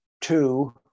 Two